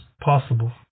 possible